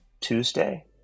Tuesday